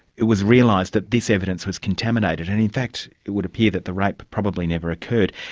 it was realised that this evidence was contaminated, and in fact it would appear that the rape probably never occurred.